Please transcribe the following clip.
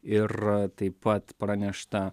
ir taip pat pranešta